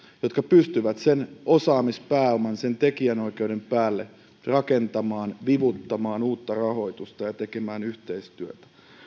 jotka pystyvät rakentamaan sen osaamispääoman tekijänoikeuden päälle vivuttamaan uutta rahoitusta ja tekemään yhteistyötä